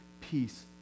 peace